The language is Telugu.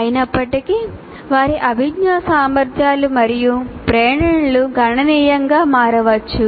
అయినప్పటికీ వారి అభిజ్ఞా సామర్థ్యాలు మరియు ప్రేరణలు గణనీయంగా మారవచ్చు